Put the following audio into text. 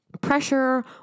pressure